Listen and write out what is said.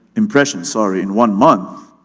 impressions sorry in one month,